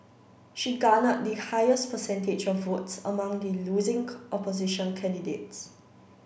she garnered the highest percentage of votes among the losing opposition candidates